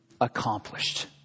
accomplished